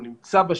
הוא נמצא בשטח.